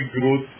growth